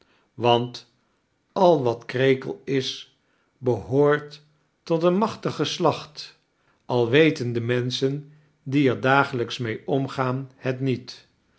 want al wat krekel is behoort tot een machtig geslacht al weten de menschen die er dagelijks mee omgaan het niet